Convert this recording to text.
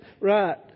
Right